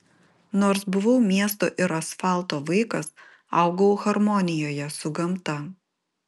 nors buvau miesto ir asfalto vaikas augau harmonijoje su gamta